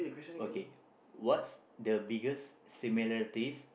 okay what's the biggest similarities